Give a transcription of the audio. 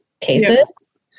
cases